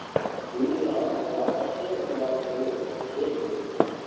ठीक है हाँ भिजवा सकते हैं ऐसी बात नहीं है दे देंगे